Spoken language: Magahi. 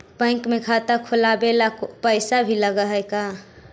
बैंक में खाता खोलाबे ल पैसा भी लग है का?